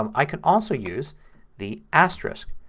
um i could also use the asterisk,